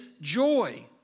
joy